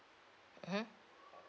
mmhmm